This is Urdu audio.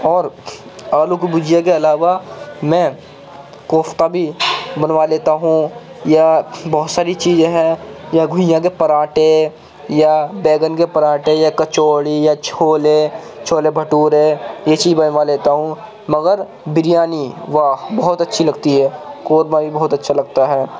اور آلو کی بھجیا کے علاوہ میں کوفتہ بھی بنوا لیتا ہوں یا بہت ساری چیزیں ہے یا گھیاں کے پراٹھے یا بیگن کے پراٹھے یا کچوڑی یا چھولے چھولے بھٹورے یہ چیز بنوا لیتا ہوں مگر بریانی واہ بہت اچھی لگتی ہے قورمہ بھی بہت اچھا لگتا ہے